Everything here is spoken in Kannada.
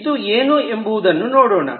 ಇದು ಏನು ಎಂಬುದನ್ನು ನೋಡೋಣ